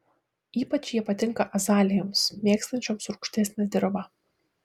ypač jie patinka azalijoms mėgstančioms rūgštesnę dirvą